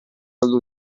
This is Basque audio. galdu